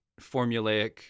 formulaic